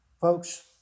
Folks